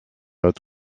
haute